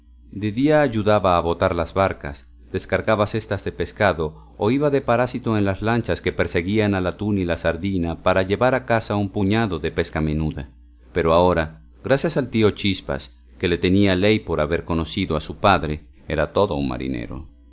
de día ayudaba a botar las barcas descargaba cestas de pescado o iba de parásito en las lanchas que perseguían al atún y la sardina para llevar a casa un puñado de pesca menuda pero ahora gracias al tío chispas que le tenía ley por haber conocido a su padre era todo un marinero